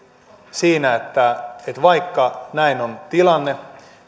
siinä että vaikka näin on tilanne